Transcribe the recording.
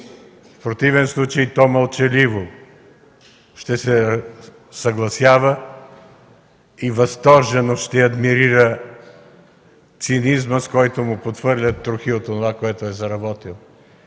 В противен случай, то мълчаливо ще се съгласява и възторжено ще адмирира цинизма, с който му подхвърлят трохи от онова, което е заработил.